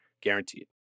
guaranteed